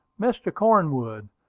mr. cornwood,